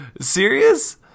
Serious